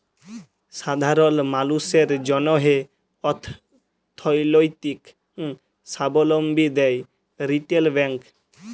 সাধারল মালুসের জ্যনহে অথ্থলৈতিক সাবলম্বী দেয় রিটেল ব্যাংক